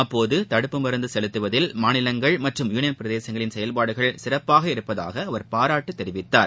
அப்போதுகடுப்பு மருந்துசெலுத்துவதில் மாநிலங்கள் மற்றும் யூளியன் பிரதேசங்களின் செயல்பாடுகள் சிறப்பாக இருப்பதாகஅவர் பாராட்டுதெரிவித்தார்